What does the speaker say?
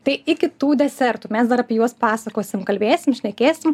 tai iki tų desertų mes dar apie juos pasakosim kalbėsim šnekėsim